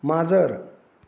माजर